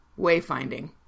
Wayfinding